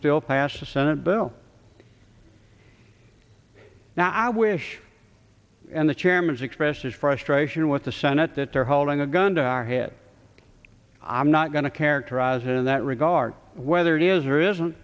still passed the senate bill now i wish and the chairman's expression is frustrated with the senate that they're holding a gun to our head i'm not going to characterize it in that regard whether it is or is